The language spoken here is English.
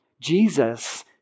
Jesus